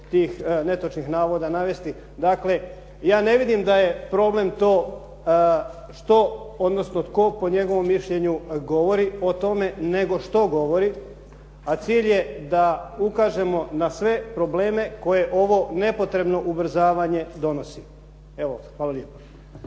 tih netočnih navoda navesti. Dakle, ja ne vidim da je problem to što, odnosno tko po njegovom mišljenju govori o tome, nego što govori, a cilj je da ukažemo na sve probleme koje ovo nepotrebno ubrzavanje donosi. Evo, hvala lijepo.